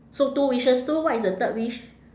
so two wishes so what is the third wish